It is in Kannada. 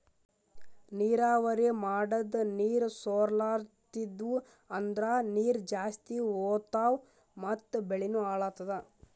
ನೀರಾವರಿ ಮಾಡದ್ ನೀರ್ ಸೊರ್ಲತಿದ್ವು ಅಂದ್ರ ನೀರ್ ಜಾಸ್ತಿ ಹೋತಾವ್ ಮತ್ ಬೆಳಿನೂ ಹಾಳಾತದ